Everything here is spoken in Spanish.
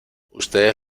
ustedes